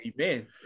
Amen